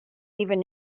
even